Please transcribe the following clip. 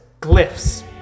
glyphs